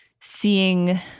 seeing